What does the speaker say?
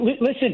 listen